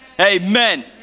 Amen